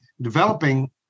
developing